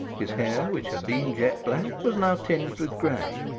his hair which had been jet black, was now tinged with gray,